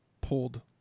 pulled